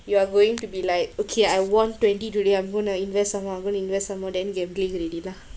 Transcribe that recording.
you are going to be like okay I won twenty today I'm going to invest some more I'm going to invest some more then gambling already lah